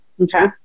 Okay